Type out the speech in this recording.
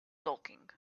talking